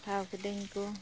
ᱴᱷᱟᱶ ᱠᱤᱫᱤᱧᱟᱠᱚ